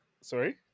Sorry